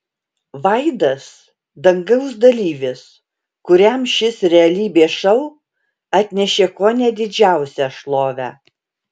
vaidas dangaus dalyvis kuriam šis realybės šou atnešė kone didžiausią šlovę